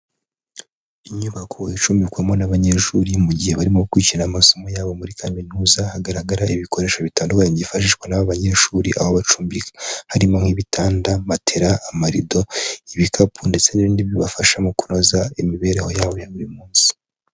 Inyubako icumbikwamo n'abanyeshuri mu gihe barimo kwishyura amasomo yabo muri kaminuza, hagaragara ibikoresho bitandukanye byifashishwa n'abanyeshuri aho bacumbika harimo: nk'ibitanda, matela ,amarido, ibikapu, ndetse n'ibindi bibafasha mu kunoza imibereho yabo ya buri munsi.